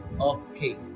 Okay